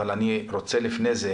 אבל אני רוצה לפני זה